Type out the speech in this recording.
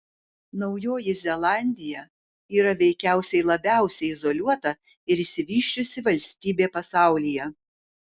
naujoji zelandija yra veikiausiai labiausiai izoliuota ir išsivysčiusi valstybė pasaulyje